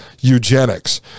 eugenics